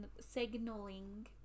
signaling